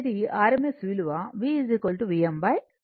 V అనేది rms విలువ V Vm √2